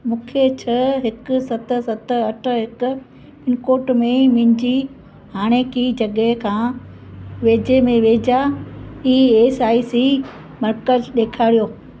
मूंखे छह हिकु सत सत अठ हिकु पिनकोड में मुंहिंजी हाणेकी जॻहि खां वेझे में वेझा ई एस आई सी मर्कज़ ॾेखारियो